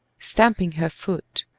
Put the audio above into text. stamping her oot.